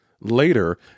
Later